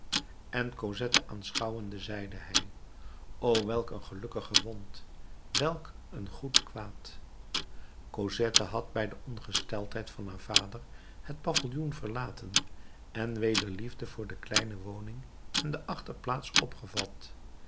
en cosette aanschouwende zeide hij o welk een gelukkige wond welk een goed kwaad cosette had bij de ongesteldheid van haar vader het paviljoen verlaten en weder liefde voor de kleine woning en de achterplaats opgevat